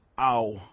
Ow